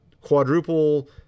quadruple